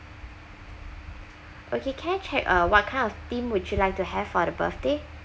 okay can I check uh what kind of theme would you like to have for the birthday